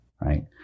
right